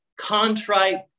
contrite